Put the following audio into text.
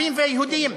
ערבים ויהודים,